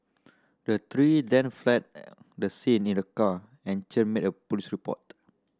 the three then fled the scene in a car and Chen made a police report